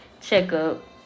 checkup